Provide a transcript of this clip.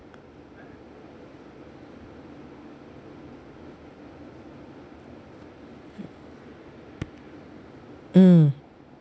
mm